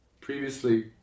previously